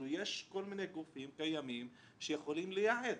יש כל מיני גופים קיימים שיכולים לייעץ